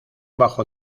bajo